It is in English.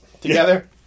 together